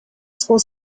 school